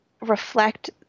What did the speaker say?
reflect